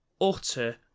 utter